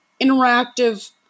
interactive